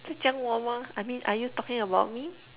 在讲我吗： zai jiang wo mah I mean are you talking about me